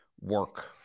work